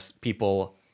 people